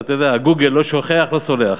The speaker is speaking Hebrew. זה, אתה יודע, "גוגל" לא שוכח, לא סולח.